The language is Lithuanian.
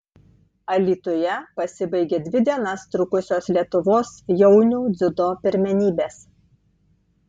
alytuje pasibaigė dvi dienas trukusios lietuvos jaunių dziudo pirmenybės